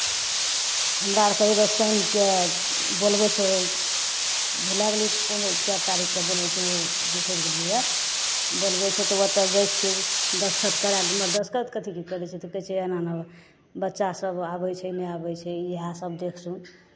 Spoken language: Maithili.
हमरा आरकेँ हउएह शनिकेँ बोलबै छै भुला गेलियै कोन कए तारीखकेँ बोलबै छै ओ बिसरि गेलियैए बोलबै छै तऽ ओतय जाइ छियै दस्तखत कराए दस्तखत कथीके करै छै तऽ कहै छै एना एना बच्चासभ आबै छै नहि आबै इएहसभ देख सुन